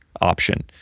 option